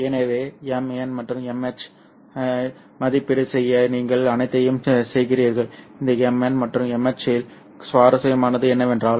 எனவே Mn மற்றும் Mh ஐ மதிப்பீடு செய்ய நீங்கள் அனைத்தையும் செய்கிறீர்கள் இந்த Mn மற்றும் Mh இல் சுவாரஸ்யமானது என்னவென்றால்